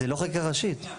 זה לא חקיקה ראשית.